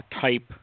type